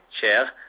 share